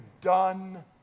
done